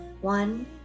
One